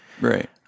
Right